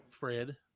Fred